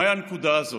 מהי הנקודה הזאת?